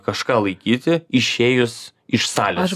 kažką laikyti išėjus iš salės